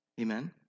Amen